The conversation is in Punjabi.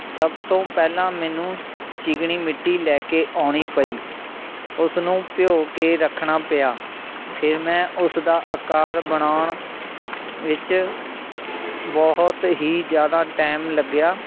ਸਭ ਤੋਂ ਪਹਿਲਾਂ ਮੈਨੂੰ ਚੀਕਣੀ ਮਿੱਟੀ ਲੈ ਕੇ ਆਉਣੀ ਪਈ ਉਸਨੂੰ ਭਿਉਂ ਕੇ ਰੱਖਣਾ ਪਿਆ ਫੇਰ ਮੈਂ ਉਸਦਾ ਆਕਾਰ ਬਣਾਉਣ ਵਿੱਚ ਬਹੁਤ ਹੀ ਜ਼ਿਆਦਾ ਟਾਇਮ ਲੱਗਿਆ